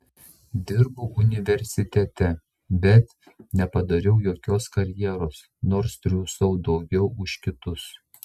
dirbau universitete bet nepadariau jokios karjeros nors triūsiau daugiau už kitus